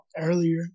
earlier